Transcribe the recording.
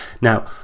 Now